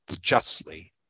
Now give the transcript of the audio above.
justly